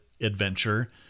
adventure